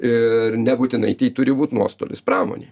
ir nebūtinai tai turi būt nuostolis pramonei